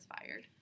fired